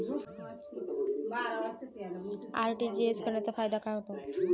RTGS करण्याचा फायदा काय होतो?